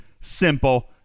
simple